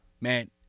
man